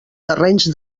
terrenys